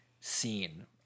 scene